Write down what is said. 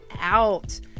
out